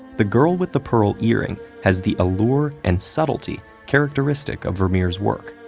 the girl with the pearl earring has the allure and subtlety characteristic of vermeer's work.